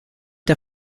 der